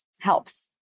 helps